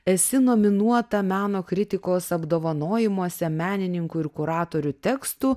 esi nominuota meno kritikos apdovanojimuose menininkų ir kuratorių tekstų